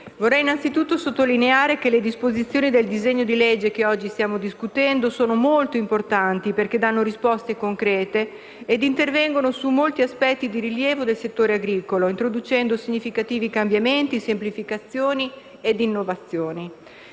vorrei innanzitutto sottolineare che le disposizioni del disegno di legge oggi in discussione sono molto importanti, perché danno risposte concrete ed intervengono su molti aspetti di rilievo del settore agricolo, introducendo significativi cambiamenti, semplificazioni ed innovazioni.